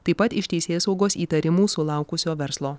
taip pat iš teisėsaugos įtarimų sulaukusio verslo